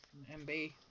mb